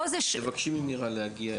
פה זאת -- תבקשי ממירה להגיע,